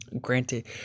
Granted